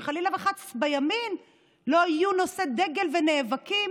שחלילה וחס בימין לא יהיו נושאי דגל ונאבקים